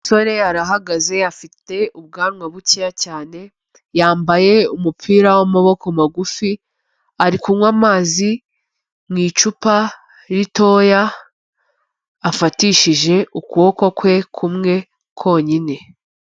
Umusore arahagaze afite ubwanwa bukeya cyane, yambaye umupira w'amaboko magufi, ari kunywa amazi mu icupa ritoya, afatishije ukuboko kwe kumwe konyine.